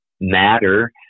matter